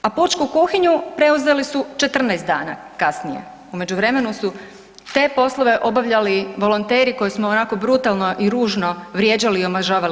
A pučku kuhinju preuzeli su 14 dana kasnije, u međuvremenu su te poslove obavljali volonteri koje smo onako brutalno i ružno vrijeđali i omalovažavali.